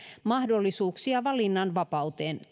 mahdollisuuksia valinnanvapauteen